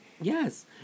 Yes